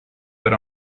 per